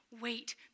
wait